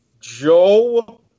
Joe